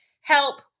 Help